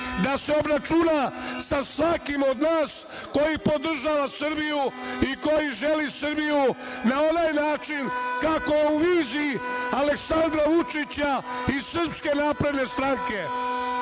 da se obračuna sa svakim od nas koji podržava Srbiju i koji želi Srbiju na onaj način kao u viziji Aleksandra Vučića i SNS.Poštovani građani